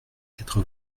quatre